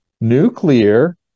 Nuclear